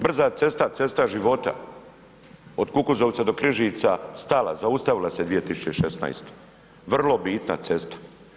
Brza cesta, cesta života od Kukuzovca do Križica stala, zaustavila se 2016., vrlo bitna cesta.